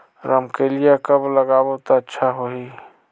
रमकेलिया कब लगाबो ता अच्छा होही?